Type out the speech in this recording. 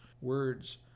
words